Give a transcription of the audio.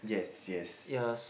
yes yes